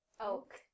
Oak